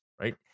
right